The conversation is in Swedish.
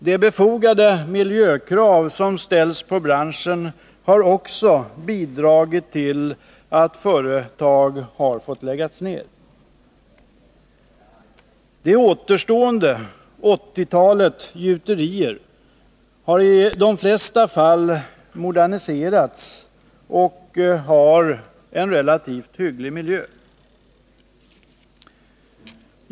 De befogade miljökrav som ställts på branschen har också bidragit till att företag har fått läggas ned. De återstående åttiotalet gjuterier har i de flesta fall moderniserats och har en relativt hygglig miljö.